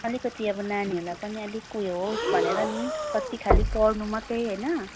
अलिकति नानीहरूलाई पनि अब अलिक ऊ यो होस् भनेर नि कत्ति खालि पढ्नु मात्रै होइन